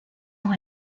ont